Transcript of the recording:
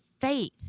faith